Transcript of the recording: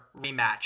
rematch